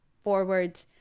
forward